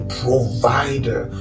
provider